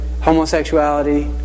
Homosexuality